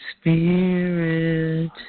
spirit